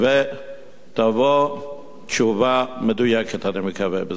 ותבוא תשובה מדויקת, אני מקווה, בעזרת השם.